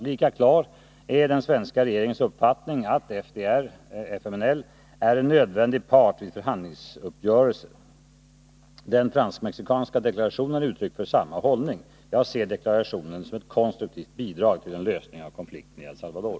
Lika klar är den svenska regeringens uppfattning att FDR/FMNL är en nödvändig part vid en förhandlingsuppgörelse. Den fransk-mexikanska deklarationen är uttryck för samma hållning. Jag ser deklarationen som ett konstruktivt bidrag till en lösning av konflikten i El Salvador.